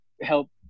help